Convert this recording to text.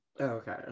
okay